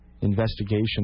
investigation